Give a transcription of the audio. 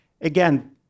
again